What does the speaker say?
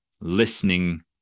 listening